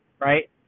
right